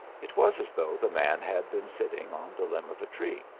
it was as though the man had been sitting on the limb of a tree.